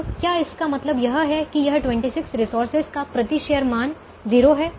अब क्या इसका मतलब यह है कि यह 26 रिसोर्सेज का प्रति शेयर मान 0 है